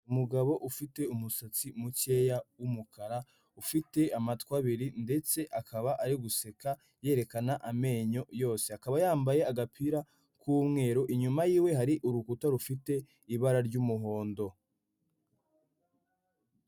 Umugabo ufite umusatsi mukeya w'umukara ufite amatwi abiri ndetse akaba ari guseka yerekana amenyo yose. Akaba yambaye agapira k'umweru inyuma y'iwe hari urukuta rufite ibara ry'umuhondo.